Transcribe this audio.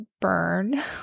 burn